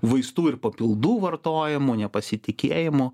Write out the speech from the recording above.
vaistų ir papildų vartojimu nepasitikėjimu